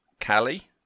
Callie